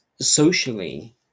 socially